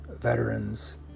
veterans